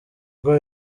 rwo